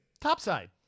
Topside